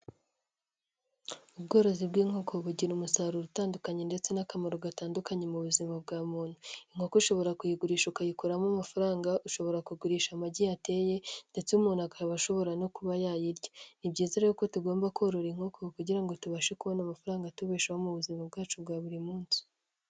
Ubworozi bw'inkoko bugira umusaruro utandukanye ndetse n'akamaro gatandukanye mu buzima bwa muntu, inkoko ushobora kuyigurisha ukayikuramo amafaranga, ushobora kugurisha amagi yateye ndetse umuntu akaba ashobora no kuba yayirya, ni byiza rero ko tugomba korora inkoko kugira ngo tubashe kubona amafaranga atubeshaho mu buzima bwacu bwa buri munsi.